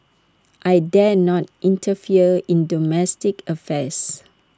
I dare not interfere in the domestic affairs